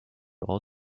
all